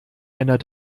einer